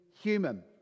human